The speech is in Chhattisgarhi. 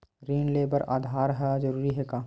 ऋण ले बर आधार ह जरूरी हे का?